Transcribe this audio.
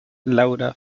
laura